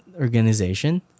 organization